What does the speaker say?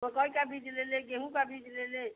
मकोई का बीज ले लें गेहूँ का बीज ले लें